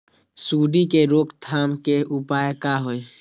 सूंडी के रोक थाम के उपाय का होई?